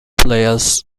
players